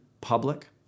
public